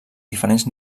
diferents